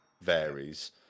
varies